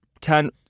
ten